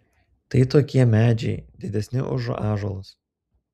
tai tokie medžiai didesni už ąžuolus